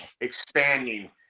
expanding